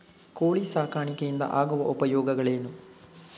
ಕೋಳಿ ಸಾಕಾಣಿಕೆಯಿಂದ ಆಗುವ ಉಪಯೋಗಗಳೇನು?